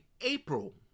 April